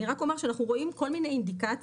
אני רק אומר שאנחנו רואים כל מיני אינדיקציות,